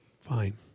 Fine